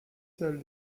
salles